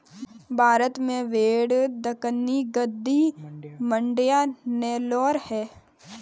भारत में भेड़ दक्कनी, गद्दी, मांड्या, नेलोर है